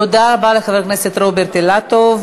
תודה רבה לחבר הכנסת רוברט אילטוב.